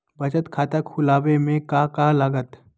बचत खाता खुला बे में का का लागत?